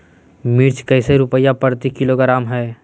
मिर्च कैसे रुपए प्रति किलोग्राम है?